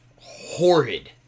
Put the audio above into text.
horrid